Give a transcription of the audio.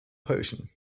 potion